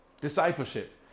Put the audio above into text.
Discipleship